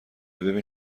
ببین